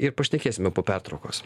ir pašnekėsime po pertraukos